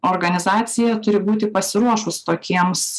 organizacija turi būti pasiruošus tokiems